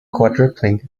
quadrupling